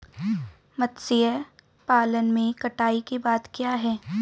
मत्स्य पालन में कटाई के बाद क्या है?